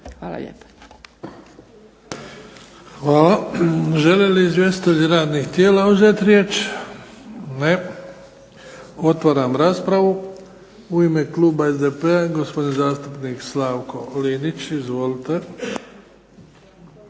Luka (HDZ)** Hvala. Žele li izvjestitelji radnih tijela uzeti riječ? Ne. Otvaram raspravu. U ime kluba SDP-a je gospodin zastupnik Slavko Linić. Izvolite.